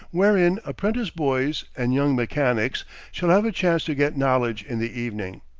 wherein apprentice boys and young mechanics shall have a chance to get knowledge in the evening.